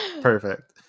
Perfect